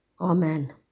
Amen